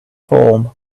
form